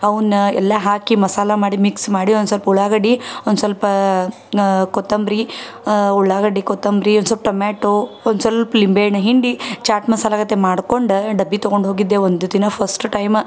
ಅವ್ನ ಎಲ್ಲ ಹಾಕಿ ಮಸಾಲ ಮಾಡಿ ಮಿಕ್ಸ್ ಮಾಡಿ ಒಂದು ಸ್ವಲ್ಪ ಉಳ್ಳಾಗಡ್ಡಿ ಒಂದು ಸ್ವಲ್ಪ ಕೊತ್ತಂಬರಿ ಉಳ್ಳಾಗಡ್ಡಿ ಕೊತ್ತಂಬರಿ ಒಂದು ಸ್ವಲ್ಪ ಟೊಮ್ಯಾಟೊ ಒಂದು ಸ್ವಲ್ಪ ಲಿಂಬೆ ಹಣ್ಣು ಹಿಂಡಿ ಚಾಟ್ ಮಸಾಲ ಜೊತೆ ಮಾಡ್ಕೊಂಡು ಡಬ್ಬಿ ತಗೊಂಡು ಹೋಗಿದ್ದೆ ಒಂದು ದಿನ ಫಸ್ಟ್ ಟೈಮ